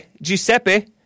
Giuseppe